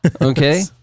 Okay